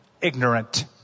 ignorant